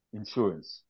insurance